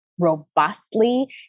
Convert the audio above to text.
robustly